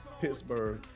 Pittsburgh